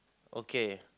okay